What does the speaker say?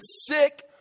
sick